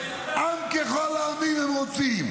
עם ככל העמים הם רוצים.